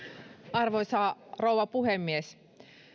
arvoisa rouva puhemies